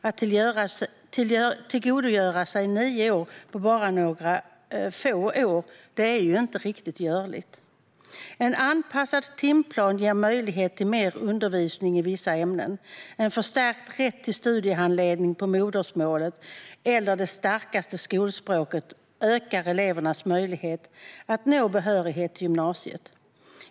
Att tillgodogöra sig nio år på bara några få år är inte riktigt görligt. En anpassad timplan ger möjlighet till mer undervisning i vissa ämnen. En förstärkt rätt till studiehandledning på modersmålet eller det starkaste skolspråket ökar elevernas möjlighet att nå behörighet till gymnasiet.